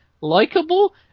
likable